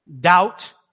doubt